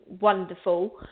wonderful